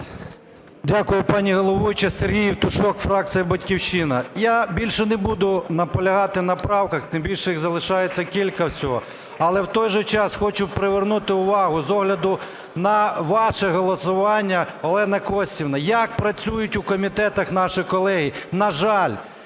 Дякую, пані головуюча. Сергій Євтушок, фракція "Батьківщина". Я більше не буду наполягати на правках, тим більше їх залишається кілька всього. Але в той же час хочу привернути увагу з огляду на ваше голосування, Олена Костівна, як працюють у комітетах наші колеги. На жаль,